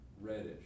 reddish